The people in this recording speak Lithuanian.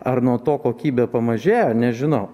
ar nuo to kokybė pamažėjo nežinau